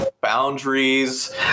boundaries